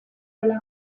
gola